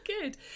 good